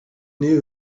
knew